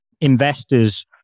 investors